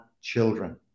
children